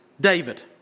David